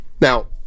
Now